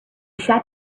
sat